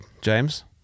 James